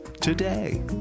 today